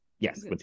Yes